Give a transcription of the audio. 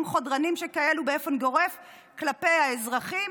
חודרניים שכאלו באופן גורף כלפי האזרחים".